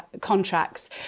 contracts